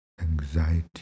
anxiety